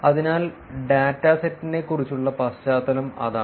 അതിനാൽ ഡാറ്റാസെറ്റിനെക്കുറിച്ചുള്ള പശ്ചാത്തലം അതാണ്